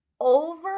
over